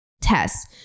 tests